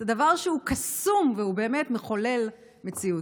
זה דבר שהוא קסום, והוא באמת מחולל מציאות.